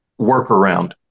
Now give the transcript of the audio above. workaround